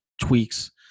tweaks